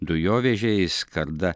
dujovežiai skarda